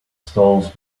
stalls